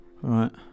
Right